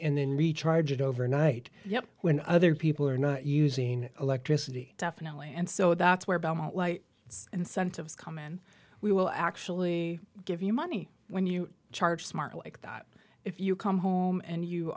and then recharge it overnight when other people are not using electricity definitely and so that's where it's incentives come in we will actually give you money when you charge smart like that if you come home and you